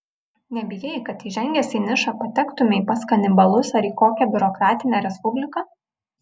nebijai kad įžengęs į nišą patektumei pas kanibalus ar į kokią biurokratinę respubliką